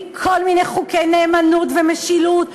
מכל מיני חוקי נאמנות ומשילות.